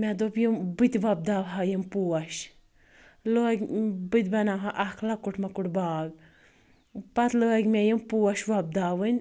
مےٚ دوٚپ یِم بہٕ تہِ وۄبداوہا یِم پوش لٲگۍ بہٕ تہِ بَناوہا اکھ لۄکُٹ مۄکُٹ باغ پَتہٕ لٲگۍ مےٚ یِم پوش وۄبداوٕنۍ